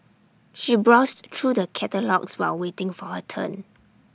she browsed through the catalogues while waiting for her turn